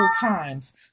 times